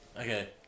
Okay